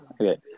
Okay